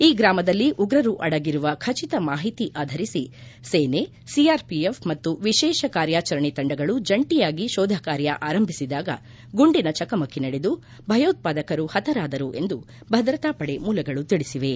ಈ ಗ್ರಾಮದಲ್ಲಿ ಉಗ್ರರು ಅಡಗಿರುವ ಖಟಿತ ಮಾಹಿತಿ ಆಧರಿಸಿ ಸೇನೆ ಸಿಆರ್ಪಿಎಫ್ ಮತ್ತು ವಿಶೇಷ ಕಾರ್ಯಾಚರಣೆ ತಂಡಗಳು ಜಂಟಿಯಾಗಿ ಶೋಧ ಕಾರ್ಯ ಆರಂಭಿಸಿದಾಗ ಗುಂಡಿನ ಚಕಮಕಿ ನಡೆದು ಭಯೋತ್ಪಾದಕರು ಪತರಾದರು ಎಂದು ಭದ್ರತಾ ಪಡೆ ಮೂಲಗಳು ತಿಳಿಸಿವೆ